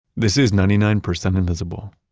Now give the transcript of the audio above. this is ninety nine percent invisible.